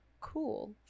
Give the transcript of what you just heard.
cool